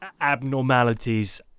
abnormalities